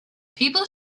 people